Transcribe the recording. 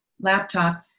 laptop